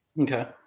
Okay